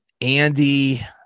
Andy